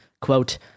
Quote